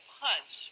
punch